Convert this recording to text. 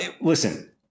listen